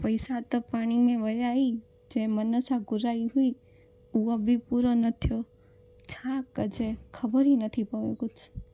पैसा त पाणी में विया ई जंहिं मन सां घुराई हुई उहो बि पूरो न थियो छा कजे खबर ई नथी पए कुझु